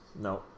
No